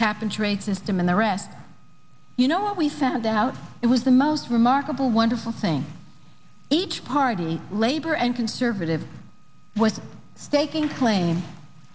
cap and trade system and the rest you know we found out it was the most remarkable wonderful thing each party labor and conservative with staking claim